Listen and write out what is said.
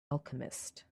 alchemist